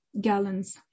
gallons